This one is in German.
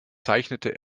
zeichnete